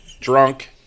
drunk